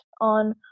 on